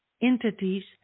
entities